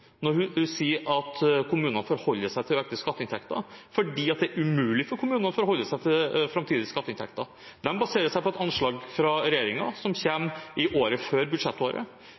når hun sier at kommunene forholder seg til økte skatteinntekter, for det er umulig for kommunene å forholde seg til framtidige skatteinntekter. De baserer seg på et anslag fra regjeringen som kommer året før budsjettåret.